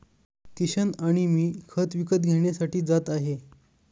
किशन आणि मी खत विकत घेण्यासाठी जात आहे